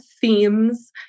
themes